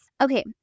Okay